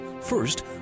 first